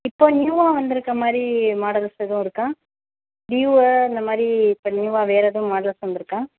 இப்போ நியூவாக வந்துயிருக்க மாதிரி மாடல்ஸ் எதுவும் இருக்கா டியோவு அந்த மாதிரி இப்போ நியூவாக வேறு எதுவும் மாடல்ஸ் வந்துயிருக்கா